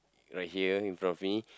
right here in front of me